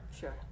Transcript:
sure